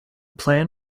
plan